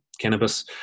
cannabis